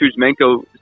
Kuzmenko